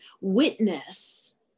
witness